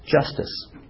justice